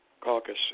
caucus